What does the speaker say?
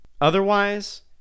Otherwise